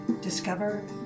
discover